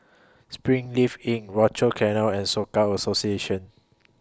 Springleaf in Rochor Canal and Soka Association